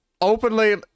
openly